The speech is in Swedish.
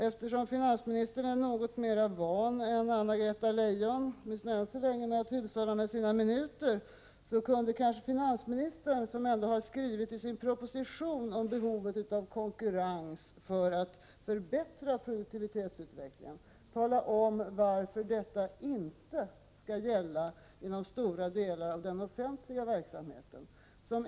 Eftersom finansministern är något mera van än Anna-Greta Leijon, än så länge, att hushålla med sina minuter, kunde kanske finansministern, som ändå i sin proposition har skrivit om behovet av konkurrens för att förbättra produktivitetsutvecklingen, tala om varför detta inte skall gällla inom stora delar av den offentliga verksamheten.